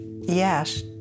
yes